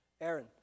Aaron